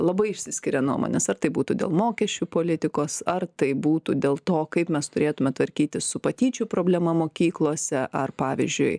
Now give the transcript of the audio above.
labai išsiskiria nuomonės ar tai būtų dėl mokesčių politikos ar tai būtų dėl to kaip mes turėtume tvarkytis su patyčių problema mokyklose ar pavyzdžiui